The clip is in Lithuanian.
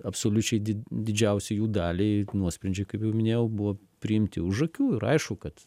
absoliučiai did didžiausiai jų dalį ir nuosprendžiui kaip minėjau buvo priimti už akių ir aišku kad